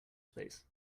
space